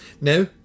Now